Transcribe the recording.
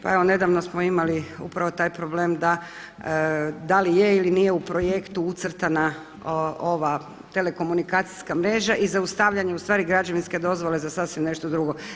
Pa evo nedavno smo imali upravo taj problem da da li je ili nije u projektu ucrtana telekomunikacijska mreža i zaustavljanje ustvari građevinske dozvole za sasvim nešto drugo.